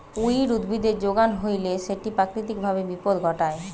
weed উদ্ভিদের যোগান হইলে সেটি প্রাকৃতিক ভাবে বিপদ ঘটায়